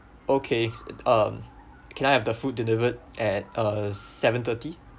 okay um can I have the food delivered at uh seven thirty